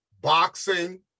boxing